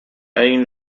أين